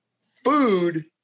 food